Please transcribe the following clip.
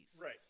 Right